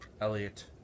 Elliot